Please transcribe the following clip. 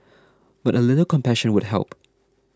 but a little compassion would help